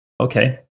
okay